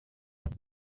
hano